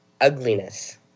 ugliness